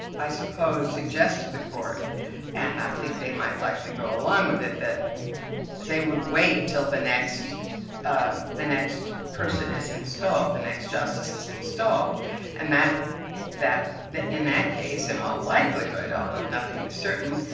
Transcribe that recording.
i suppose, suggest to the court and i think they might likely go along with it, that they would wait until the next um the next person is installed, the next justice is installed and that that in that case in all likelihood, although nothing is certain,